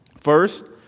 First